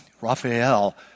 Raphael